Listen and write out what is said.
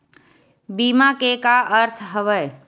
बीमा के का अर्थ हवय?